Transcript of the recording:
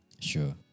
Sure